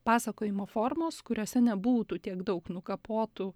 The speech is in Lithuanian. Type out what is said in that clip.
pasakojimo formos kuriose nebūtų tiek daug nukapotų